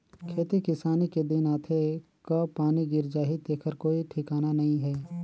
खेती किसानी के दिन आथे कब पानी गिर जाही तेखर कोई ठिकाना नइ हे